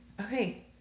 Okay